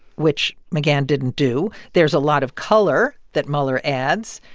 which mcgahn didn't do. there's a lot of color that mueller adds.